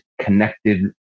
connected